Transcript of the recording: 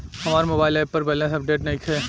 हमार mobile app पर balance update नइखे